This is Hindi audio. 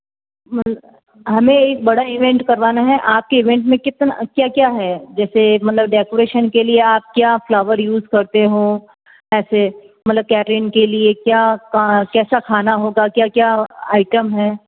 हमें एक बड़ा इवेंट करवाना है आपके इवेंट में कितना क्या क्या है जैसे मतलब डेकोरेशन के लिए आप क्या फ़्लावर यूज़ करते हो ऐसे मतलब केटरिंग के लिए क्या कैसा खाना होगा क्या क्या आइटम हैं